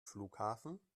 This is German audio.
flughafen